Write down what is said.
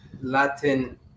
Latin